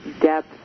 depth